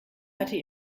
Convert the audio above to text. hatte